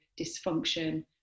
dysfunction